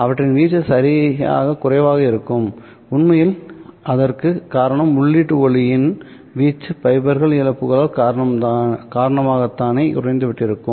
அவற்றின் வீச்சு சரியாக குறைவாக இருக்கும் உண்மையில் அதற்கு காரணம் உள்ளீட்டு ஒளியின் வீச்சு ஃபைபர் இழப்புகள் காரணமாக தானே குறைந்துவிட்டிருக்கும்